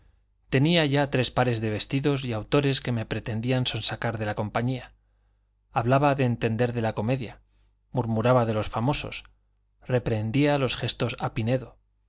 tenía ya tres pares de vestidos y autores que me pretendían sonsacar de la compañía hablaba de entender de la comedia murmuraba de los famosos reprehendía los gestos a pinedo